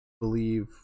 believe